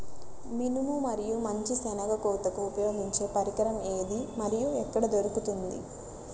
మినుము మరియు మంచి శెనగ కోతకు ఉపయోగించే పరికరం ఏది మరియు ఎక్కడ దొరుకుతుంది?